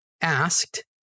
asked